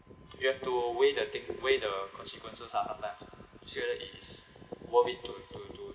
you have to weigh the take weigh the consequences lah sometimes to see whether it's worth it to to to